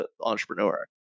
entrepreneur